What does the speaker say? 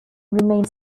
remains